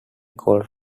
called